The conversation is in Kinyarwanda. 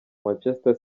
manchester